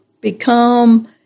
become